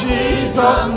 Jesus